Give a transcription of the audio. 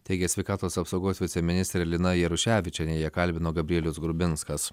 teigė sveikatos apsaugos viceministrė lina jaruševičienė ją kalbino gabrielius grubinskas